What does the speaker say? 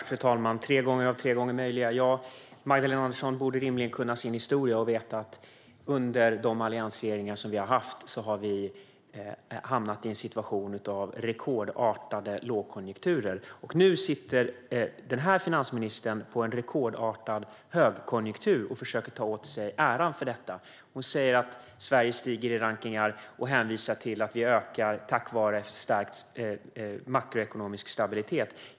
Fru talman! Tre gånger av tre möjliga - Magdalena Andersson borde rimligen kunna sin historia. Hon vet att alliansregeringarna har hamnat i situationer av rekordartade lågkonjunkturer. Nu sitter den här finansministern på en rekordartad högkonjunktur och försöker ta åt sig äran för detta. Hon säger att Sverige stiger i rankningar, och hon hänvisar till att Sverige stiger tack vare stark makroekonomisk stabilitet.